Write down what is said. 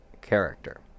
character